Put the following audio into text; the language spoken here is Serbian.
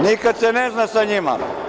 Nikad se ne zna sa njima.